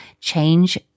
change